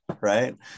Right